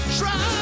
try